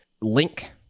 link